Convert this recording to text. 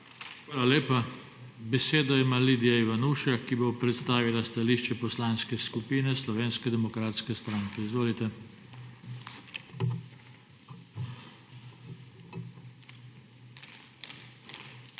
Hvala lepa. Besedo ima Eva Irgl, ki bo predstavila stališče Poslanske skupine Slovenske demokratske stranke. Izvolite. EVA IRGL